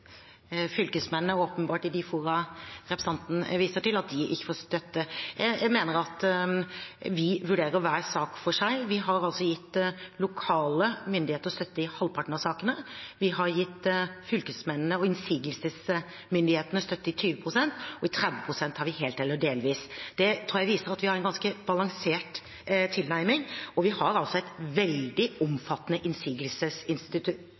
fylkesmennene åpenbart – i de fora representanten viser til – at de ikke får støtte. Vi vurderer hver sak for seg, og vi har altså gitt lokale myndigheter støtte i halvparten av sakene, vi har gitt fylkesmennene og innsigelsesmyndighetene støtte i 20 pst. av sakene, og i 30 pst. har vi helt eller delvis gitt støtte. Det tror jeg viser at vi har en ganske balansert tilnærming. Vi har altså et veldig omfattende innsigelsesinstitutt